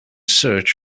search